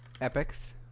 Epics